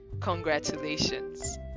Congratulations